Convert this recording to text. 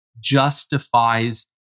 justifies